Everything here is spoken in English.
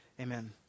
Amen